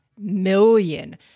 million